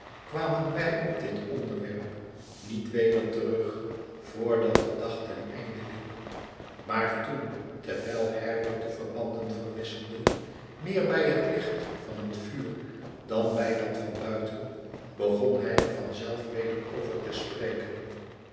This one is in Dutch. kwamen wij op dit onderwerp niet weder terug voordatde dag ten einde liep maar toen terwijl herbert de verbanden verwisselde meer bij het licht van het vuur dan bij dat van buiten begon hij er van zelf weder over te spreken